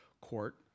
Court